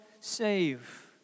save